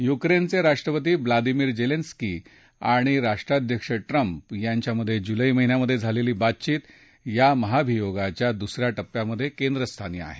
युक्रेनचे राष्ट्रपती Vladimir Zelensky आणि राष्ट्राध्यक्ष ट्रम्प यांच्यात जुलै महिन्यात झालेली बातचित या महाभियोगाच्या दुस या टप्प्यामधे केंद्रस्थानी आहे